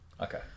Okay